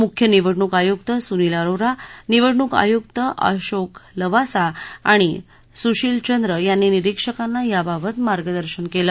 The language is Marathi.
मुख्य निवडणूक आयुक्त सुनील अरोरा निवडणूक आयुक्त अशोक लवासा आणि सुशील चन्द्र यांनी निरीक्षकांना याबाबत मार्गदर्शन केलं